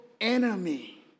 enemy